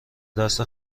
دست